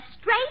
straight